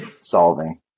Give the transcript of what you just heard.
solving